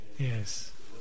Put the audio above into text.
Yes